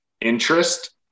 interest